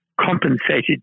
compensated